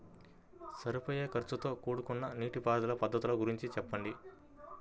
సరిపోయే ఖర్చుతో కూడుకున్న నీటిపారుదల పద్ధతుల గురించి చెప్పండి?